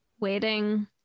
waiting